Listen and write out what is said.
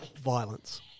violence